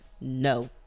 No